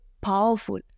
powerful